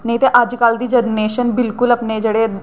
नेईं ते अजकल दी जरनेशन बिल्कुल अपने जेह्ड़े